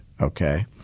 okay